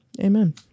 Amen